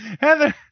heather